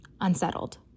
Unsettled